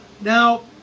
Now